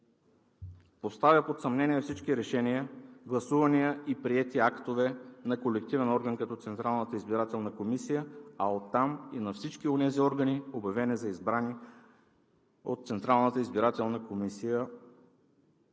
поставя под съмнение всички решения, гласувания и приети актове на колективен орган като Централната избирателна комисия, а оттам и на всички онези органи, обявени за избрани от Централната избирателна комисия,